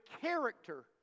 character